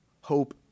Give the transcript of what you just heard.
hope